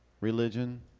Religion